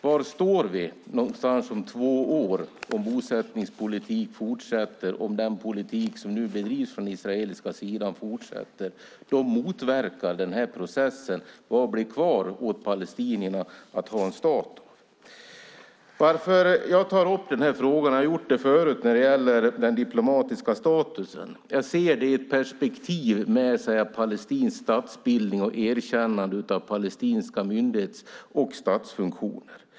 Var står vi någonstans om två år om bosättningspolitiken och den politik som nu bedrivs från den israeliska sidan fortsätter? Då motverkas processen. Vad blir kvar åt palestinierna att bygga en stat av? Jag har tagit upp frågan om den diplomatiska statusen även tidigare. Anledningen till att jag tar upp den är att jag ser den i ett perspektiv med en palestinsk statsbildning och erkännande av palestinska myndighets och statsfunktioner.